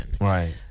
Right